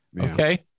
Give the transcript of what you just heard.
Okay